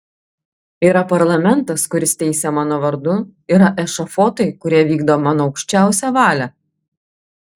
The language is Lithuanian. yra parlamentas kuris teisia mano vardu yra ešafotai kurie vykdo mano aukščiausią valią